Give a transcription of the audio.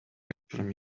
actually